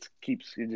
keeps